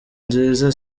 nziza